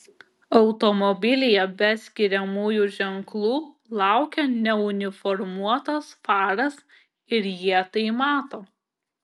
automobilyje be skiriamųjų ženklų laukia neuniformuotas faras ir jie tai mato